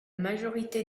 majorité